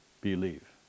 believe